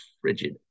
frigid